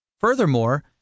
Furthermore